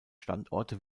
standorte